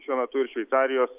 šiuo metu ir šveicarijos